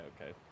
okay